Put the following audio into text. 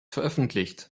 veröffentlicht